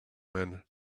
man